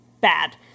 bad